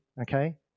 okay